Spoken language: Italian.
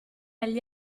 agli